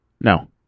No